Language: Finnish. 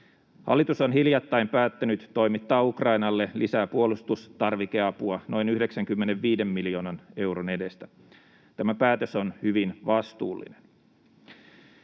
Hallitus on hiljattain päättänyt toimittaa Ukrainalle lisää puolustustarvikeapua noin 95 miljoonan euron edestä. Tämä päätös on hyvin vastuullinen.